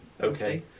okay